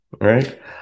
right